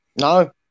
No